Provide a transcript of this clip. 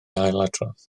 ailadrodd